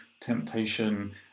temptation